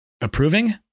approving